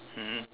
mmhmm